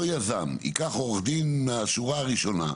אותו יזם ייקח עורך דין מהשורה הראשונה,